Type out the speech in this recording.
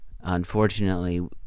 unfortunately